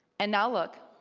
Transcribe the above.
and now look.